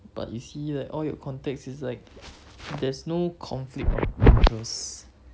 but you see like all your contacts is like there's no conflict of interest